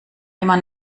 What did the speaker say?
immer